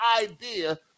idea